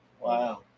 wow